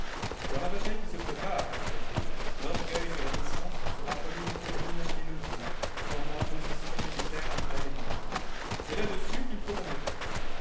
dans la bataille qui se prépare ajouta-t-il l'orgueil de la naissance sera comme une colline élevée formant position militaire entre elle et moi c'est là-dessus qu'il faut manoeuvrer